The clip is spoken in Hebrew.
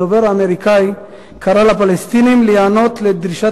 הדובר האמריקני קרא לפלסטינים להיענות לדרישת